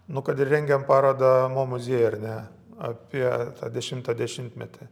nu kad ir rengiam parodą mo muziejuj ar ne apie dešimtą dešimtmetį